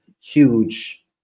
huge